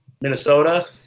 Minnesota